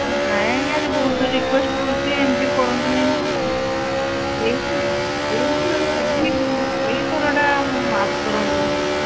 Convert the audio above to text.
ନାଇଁ ଆଜ୍ଞା ବହୁତ ରିିକ୍ୱଏଷ୍ଟ କରୁଛି ଏମିତି କରନ୍ତୁନି ଏ ଏଇଥରଟା ମାଫ୍ କରନ୍ତୁ